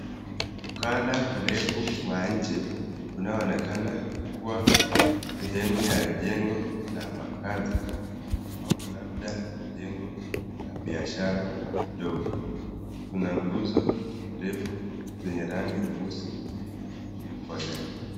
Mkanda mrefu wa nje, unaonekana kuwa sehemu ya njengo la makazi au labda jengo la biashara ndogo, Kuna nguzo ndefu zenye rangi nyeusi iliyo kolea.